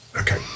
okay